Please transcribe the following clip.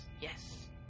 yes